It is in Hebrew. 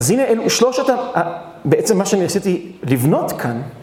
אז הנה אלו, שלושת בעצם מה שאני עשיתי לבנות כאן.